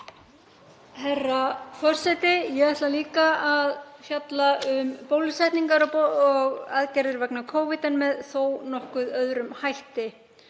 Herra forseti. Ég ætla líka að fjalla um bólusetningar og aðgerðir vegna Covid en með þó nokkuð öðrum hætti.